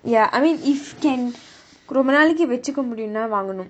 ya I mean if can ரொம்ப நாளைக்கு வச்சுக்க முடியும்ன்னு வாங்கனும்:romba naalaikku vachukka mudiyumnu vaanganum